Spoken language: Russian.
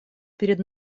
перед